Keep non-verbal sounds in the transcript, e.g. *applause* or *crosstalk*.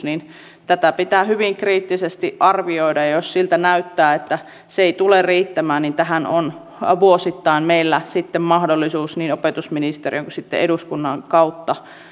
*unintelligible* niin tätä pitää hyvin kriittisesti arvioida ja jos siltä näyttää että se ei tule riittämään niin tähän on vuosittain meillä sitten mahdollisuus niin opetusministeriön kuin sitten eduskunnan kautta